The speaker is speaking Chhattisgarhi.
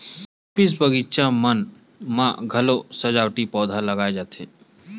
ऑफिस, बगीचा मन म घलोक सजावटी पउधा लगाए जाथे